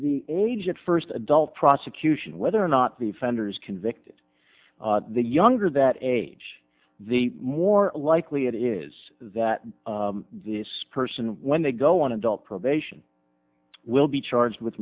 the age that first adult prosecution whether or not the offenders convicted the younger that age the more likely it is that this person when they go on adult probation will be charged with